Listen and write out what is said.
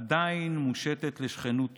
עדיין מושטת לשכנות טובה,